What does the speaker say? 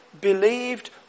believed